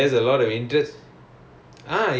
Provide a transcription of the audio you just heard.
oh janani